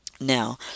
Now